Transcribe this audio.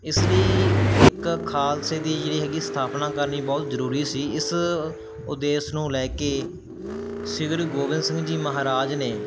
ਇਸ ਲਈ ਇੱਕ ਖਾਲਸੇ ਦੀ ਜਿਹੜੀ ਹੈਗੀ ਸਥਾਪਨਾ ਕਰਨੀ ਬਹੁਤ ਜ਼ਰੂਰੀ ਸੀ ਇਸ ਉਦੇਸ਼ ਨੂੰ ਲੈ ਕੇ ਸ੍ਰੀ ਗੁਰੂ ਗੋਬਿੰਦ ਸਿੰਘ ਜੀ ਮਹਾਰਾਜ ਨੇ